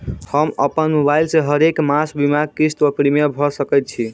हम अप्पन मोबाइल सँ हरेक मास बीमाक किस्त वा प्रिमियम भैर सकैत छी?